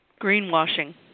Greenwashing